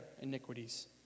iniquities